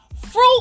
fruit